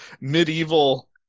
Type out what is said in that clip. medieval